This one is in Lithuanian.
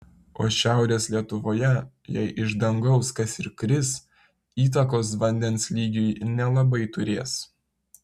o šiaurės lietuvoje jei iš dangaus kas ir kris įtakos vandens lygiui nelabai turės